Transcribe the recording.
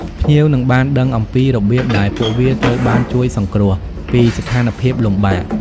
ភ្ញៀវនឹងបានដឹងអំពី របៀបដែលពួកវាត្រូវបានជួយសង្គ្រោះ ពីស្ថានភាពលំបាក។